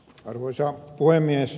arvoisa puhemies